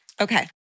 Okay